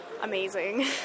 Amazing